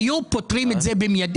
היו פותרים את זה במיידי.